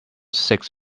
six